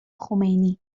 خمینی